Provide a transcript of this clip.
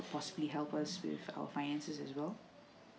possibly help us with our finances as well